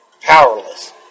powerless